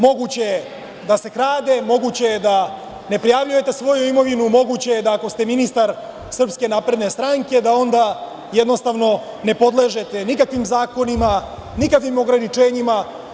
Moguće je da se krade, moguće je da ne prijavljujete svoju imovinu, moguće je da ako ste ministar SNS da onda jednostavno ne podležete nikakvim zakonima, nikakvim ograničenjima.